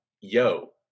yo